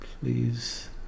please